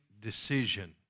decision